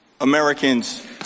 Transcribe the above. Americans